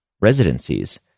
residencies